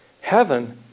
heaven